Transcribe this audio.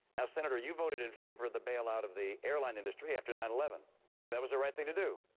now, senator you voted in favor of the bail out of the airline industry after nine eleven. i think that was the right thing to do.